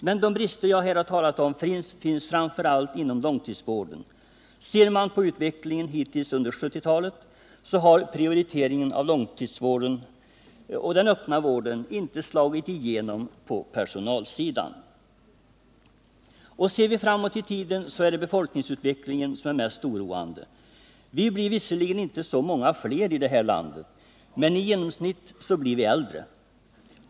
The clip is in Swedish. Men de brister jag här har talat om finns framför allt inom långtidsvården. I Ser man på utvecklingen hittills under 1970-talet finner man att prioriteringen av långtidssjukvården och den öppna vården inte har slagit igenom på personalsidan. Ser vi framåt i tiden måste vi konstatera att befolkningsutvecklingen är det mest oroande. Vi blir visserligen inte så många fler i det här landet, men i genomsnitt blir vi äldre.